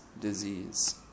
disease